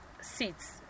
seats